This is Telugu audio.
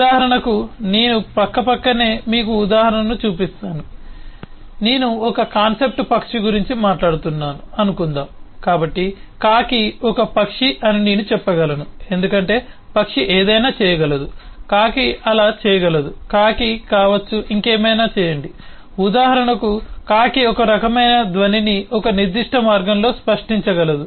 ఉదాహరణకు నేను పక్కపక్కనే మీకు ఒక ఉదాహరణ చూపిస్తాను నేను ఒక కాన్సెప్ట్ పక్షి గురించి మాట్లాడుతున్నాను అనుకుందాం కాబట్టి కాకి ఒక పక్షి అని నేను చెప్పగలను ఎందుకంటే పక్షి ఏదైనా చేయగలదు కాకి అలా చేయగలదు కాకి కావచ్చు ఇంకేమైనా చేయండి ఉదాహరణకు కాకి ఒక రకమైన ధ్వనిని ఒక నిర్దిష్ట మార్గంలో సృష్టించగలదు